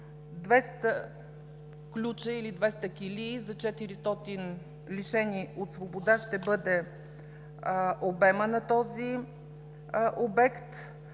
200 ключа или 200 килии за 400 лишени от свобода, ще бъде обемът на този обект.